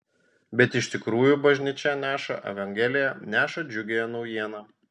bet iš tikrųjų bažnyčia neša evangeliją neša džiugiąją naujieną